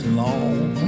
long